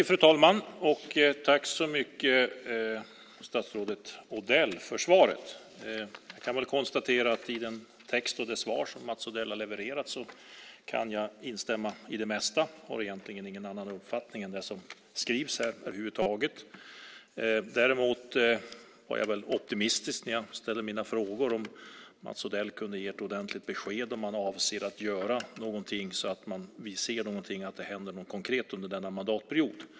Fru talman! Tack så mycket, statsrådet Odell, för svaret! Jag kan väl konstatera att jag kan instämma i det mesta i den text och det svar som Mats Odell har levererat. Jag har egentligen ingen annan uppfattning än det som skrivs här, över huvud taget. Däremot var jag nog optimistisk när jag ställde mina frågor, om Mats Odell kunde ge ett ordentligt besked om han avser att göra någonting så att vi ser att det händer något konkret under denna mandatperiod.